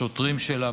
בשוטרים שלה,